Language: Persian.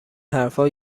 حرفا